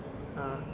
不是